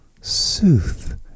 Sooth